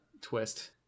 twist